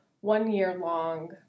one-year-long